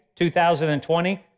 2020